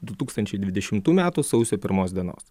du tūkstančiai dvidešimtų metų sausio pirmos dienos